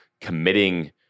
committing